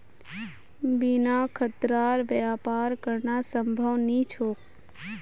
बिना खतरार व्यापार करना संभव नी छोक